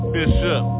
Bishop